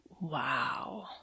Wow